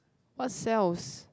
what cells